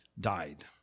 died